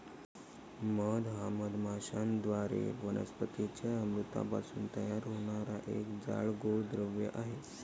मध हा मधमाश्यांद्वारे वनस्पतीं च्या अमृतापासून तयार होणारा एक जाड, गोड द्रव आहे